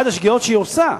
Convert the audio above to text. אחת השגיאות שהיא עושה,